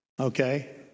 Okay